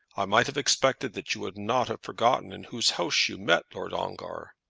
i might have expected that you would not have forgotten in whose house you met lord ongar.